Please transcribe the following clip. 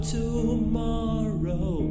tomorrow